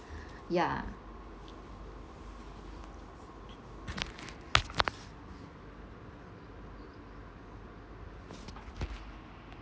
yeah